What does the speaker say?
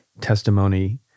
testimony